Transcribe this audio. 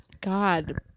God